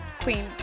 queen